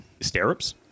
Stirrups